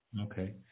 Okay